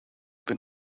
been